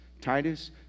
Titus